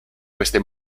queste